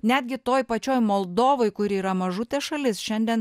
netgi toj pačioj moldovoj kuri yra mažutė šalis šiandien